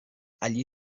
allí